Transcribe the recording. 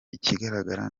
ikigaragara